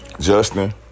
Justin